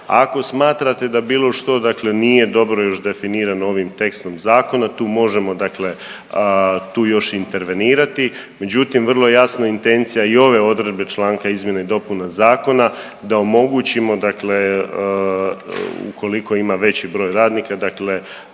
Ako smatrate da bilo što dakle nije dobro još definirano ovim tekstom zakona tu možemo dakle tu još intervenirati, međutim vrlo je jasna intencija i ove odredbe članka izmjena i dopune zakona da omogućimo dakle ukoliko ima veći broj radnika dakle